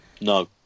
No